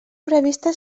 prevista